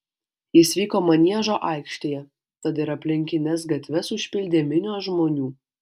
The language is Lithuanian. jis vyko maniežo aikštėje tad ir aplinkines gatves užpildė minios žmonių